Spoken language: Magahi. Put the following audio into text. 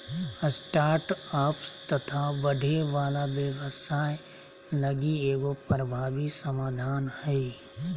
स्टार्टअप्स तथा बढ़े वाला व्यवसाय लगी एगो प्रभावी समाधान हइ